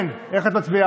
אורית מלכה סטרוק,